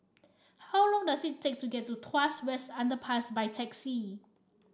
how long does it take to get to Tuas West Underpass by taxi